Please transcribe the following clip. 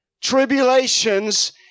tribulations